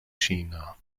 china